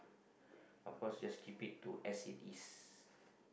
of course just keep it to as it is